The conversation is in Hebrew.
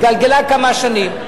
התגלגלה כמה שנים,